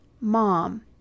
Mom